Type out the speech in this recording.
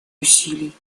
усилий